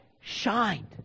shined